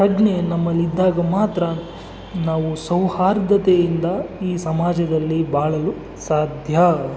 ಪ್ರಜ್ಞೆ ನಮ್ಮಲ್ಲಿದ್ದಾಗ ಮಾತ್ರ ನಾವು ಸೌಹಾರ್ದತೆಯಿಂದ ಈ ಸಮಾಜದಲ್ಲಿ ಬಾಳಲು ಸಾಧ್ಯ